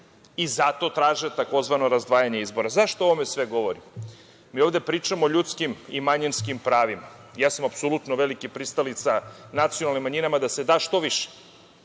Zato traže tzv. razdvajanje izbora.Zašto o ovome govorim? Mi ovde pričamo o ljudskim i manjinskim pravima. Ja sam apsolutno veliki pristalica nacionalnim manjinama da se da što više.